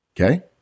Okay